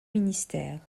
ministères